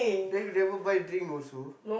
then you never buy drink also